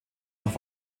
noch